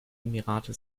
emirate